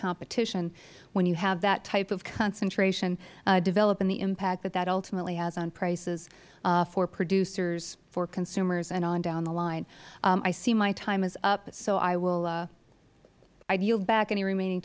competition when you have that type of concentration develop and the impact that that ultimately has on prices for producers for consumers and on down the line i see my time is up so i will yield back any remaining